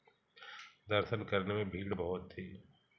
दर्शन करने में भीड़ बहुत थी